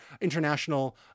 international